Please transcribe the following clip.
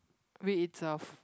wait it's a